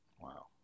Wow